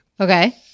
Okay